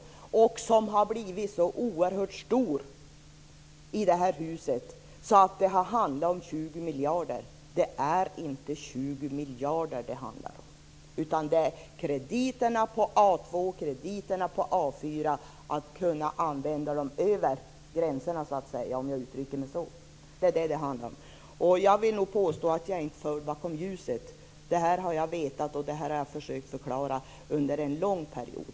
Denna diskussion har i det här huset blivit så stor att den kommit att handla om 20 miljarder. Det handlar inte om 20 miljarder utan om att kunna använda krediterna på A 2 och krediterna på A 4 över gränserna, om jag uttrycker mig så. Det är det som det handlar om. Jag vill nog påstå att jag inte är förd bakom ljuset. Det här har jag vetat och försökt förklara under en lång period.